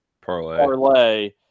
Parlay